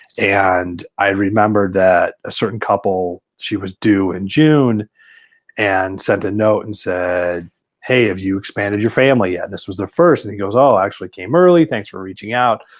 and i remember that a certain couple, she was due in june and sent a note and said hey, have you expanded your family yet? and this was their first and he goes oh, actually came early. thanks for reaching out.